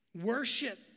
Worship